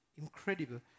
incredible